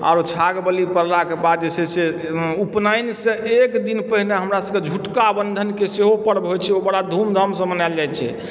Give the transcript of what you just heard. आओर छाग बलि पड़लाके बाद जे छै से उपनयनसँ एक दिन पहिने हमरासभके झुटिका बन्धनके सेहो पर्व होइत छै ओ बड़ा धूमधामसँ मनायल जाइत छै